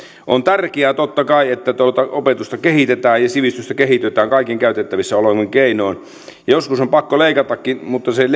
on tärkeää totta kai että opetusta kehitetään ja sivistystä kehitetään kaikin käytettävissä olevin keinoin joskus on pakko leikatakin mutta sen